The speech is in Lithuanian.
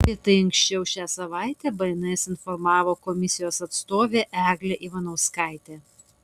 apie tai anksčiau šią savaitę bns informavo komisijos atstovė eglė ivanauskaitė